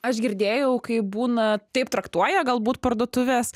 aš girdėjau kai būna taip traktuoja galbūt parduotuvės